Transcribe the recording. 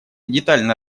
детально